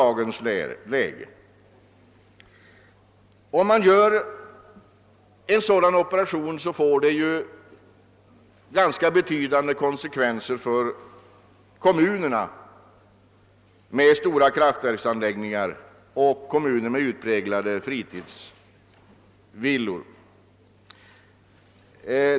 Om man gör en sådan operation, får det ganska betydande konsekvenser för kommuner med stora kraftverksanläggningar och kommuner med utpräglade fritidsvillaområden.